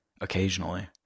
occasionally